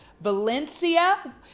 Valencia